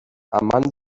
amant